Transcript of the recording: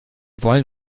wollen